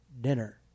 dinner